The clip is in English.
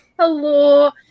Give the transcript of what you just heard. Hello